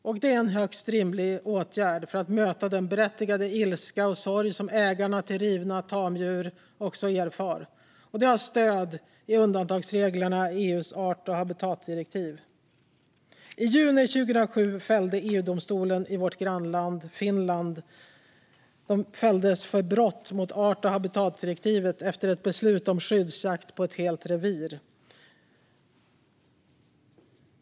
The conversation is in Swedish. Det är också en högst rimlig åtgärd för att möta den berättigade ilska och sorg som ägarna till rivna tamdjur erfar. Det har också stöd i undantagsreglerna i EU:s art och habitatdirektiv. I juni 2007 fällde EU-domstolen vårt grannland Finland för brott mot art och habitatdirektivet efter ett beslut om skyddsjakt på ett helt revir.